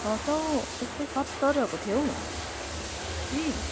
छ सौ यस्तै सत्तरहरूको थियो हौ कि